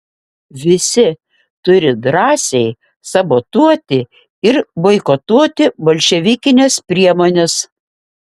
visi turi drąsiai sabotuoti ir boikotuoti bolševikines priemones